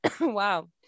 wow